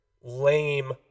lame